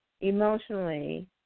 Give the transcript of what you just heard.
emotionally